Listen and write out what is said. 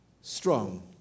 strong